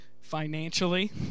financially